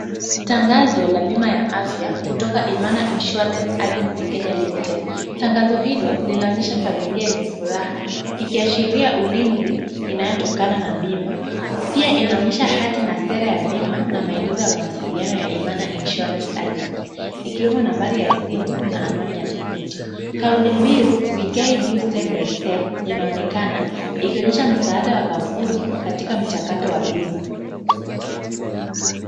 Tangazo la bima ya afya, kutoka Imana Insurance Agency Kenya Limited. Tangazo hilo, linaonyesha familia yenye furaha, ikiashiria ulinzi inayotokana na bima. Pia inaonyesha hati na sera ya bima na maelezo ya mawasiliano ya Imana Insurance Agency ikiwemo nambari ya simu na anwani ya tovuti. Kauli mbiu, we guide you step by step inaonekana ikionyesha msaada wa kampuni katika mchakato wa bima.